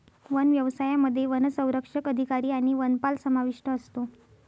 one व्यवसायामध्ये वनसंरक्षक अधिकारी आणि वनपाल समाविष्ट असतो